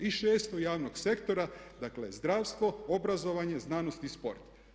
I 6. javnog sektora, dakle zdravstvo, obrazovanje, znanost i sport.